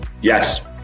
Yes